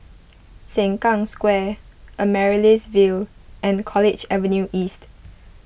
Sengkang Square Amaryllis Ville and College Avenue East